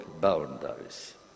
boundaries